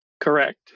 Correct